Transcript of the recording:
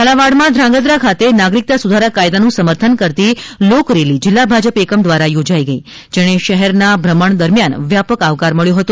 ઝાલાવાડમા ધ્રાંગધ્રા ખાતે નાગરિકતા સુધારા કાયદાનું સમર્થન કરતી લોક રેલી જિલ્લા ભાજપ એકમ દ્વારા યોજાઇ ગઈ જેને શહેરના ભ્રમણ દરમયાન વ્યાપક આવકાર મળ્યો હતો